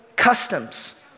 customs